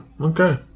okay